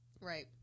Right